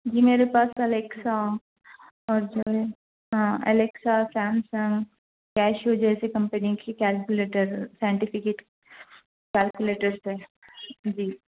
جی میرے پاس الیکسا اور جو ہے ہاں الیکسا سیمسنگ کیشیو جیسی کمپنی کی کیلکولیٹر کیلکولیٹرس ہے جی